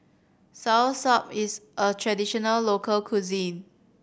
soursop is a traditional local cuisine